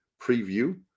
preview